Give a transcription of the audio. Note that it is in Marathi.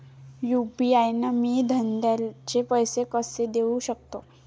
यू.पी.आय न मी धंद्याचे पैसे कसे देऊ सकतो?